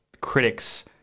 critics